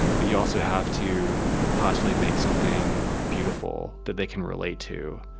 but you also have to possibly make something beautiful that they can relate to.